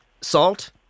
salt